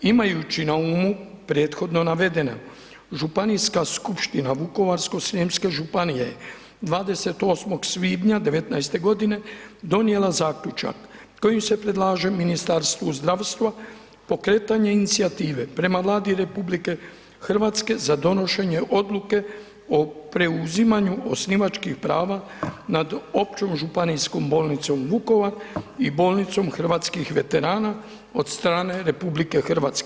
Imajući na umu prethodno navedeno županijska skupština Vukovarsko-srijemske županije 28. svibnja '19.g. donijela zaključak kojim se predlaže Ministarstvu zdravstva pokretanje inicijative prema Vladi RH za donošenje odluke o preuzimanju osnivačkih prava nad Općom županijskom bolnicom Vukovar i bolnicom Hrvatskih veterana od strane RH.